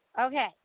Okay